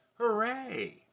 Hooray